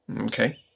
Okay